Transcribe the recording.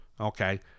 Okay